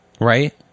Right